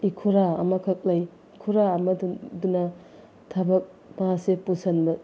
ꯏꯈꯨꯔꯥ ꯑꯃꯈꯛ ꯂꯩ ꯏꯈꯨꯔꯥ ꯑꯃꯗꯨꯅ ꯊꯕꯛ ꯃꯥꯁꯦ ꯄꯨꯁꯤꯟꯕ